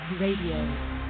Radio